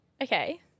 okay